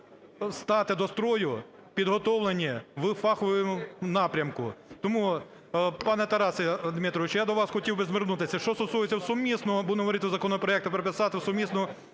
стати до строю підготовлені в фаховому напрямку. Тому, пане Тарасе Дмитровичу, я до вас хотів би звернутися. Що стосується сумісного, будемо говорити, законопроекту, прописати сумісну